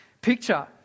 picture